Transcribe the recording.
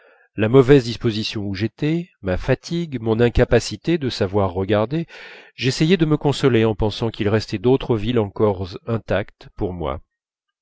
la mauvaise disposition où j'étais ma fatigue mon incapacité de savoir regarder j'essayais de me consoler en pensant qu'il restait d'autres villes encore intactes pour moi